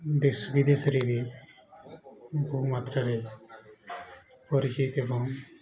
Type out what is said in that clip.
ଦେଶ ବିଦେଶରେ ବି ବହୁମାତ୍ରାରେ ପରିଚିତ ଏବଂ